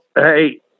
hey